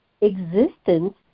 Existence